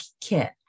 kit